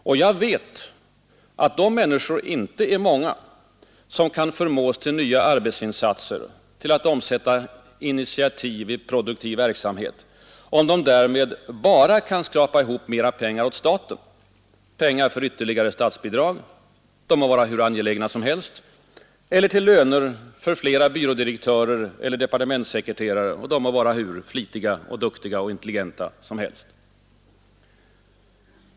Och jag vet att de människor inte är många som kan förmås till nya arbetsinsatser, till att omsätta initiativ i produktiv verksamhet, om de därmed bara kan skrapa ihop mera pengar åt staten, pengar för ytterligare statsbidrag — de må vara hur angelägna som helst — eller till löner för flera byrådirektörer eller departementssekreterare, de må vara hur flitiga och duktiga och intelligenta som helst.